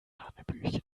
hanebüchen